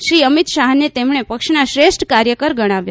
શ્રી અમીત શાહને તેમણે પક્ષના શ્રેષ્ઠ કાર્યકર ગણાવ્યા